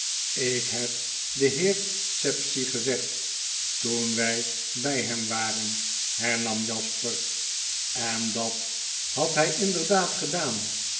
jk heb den heer sapsea gezegd toen wij bij hem waren hernam jasper en dat had het geheim van edwin drood hy inderdaad gedaan